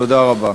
תודה רבה.